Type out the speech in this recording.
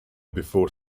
before